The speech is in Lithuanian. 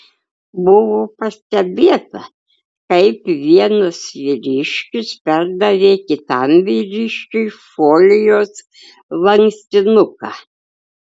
buvo pastebėta kaip vienas vyriškis perdavė kitam vyriškiui folijos lankstinuką